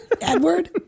edward